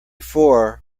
four